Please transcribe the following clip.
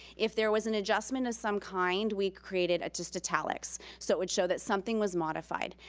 if there was an adjustment of some kind, we created just italics so it would show that something was modified.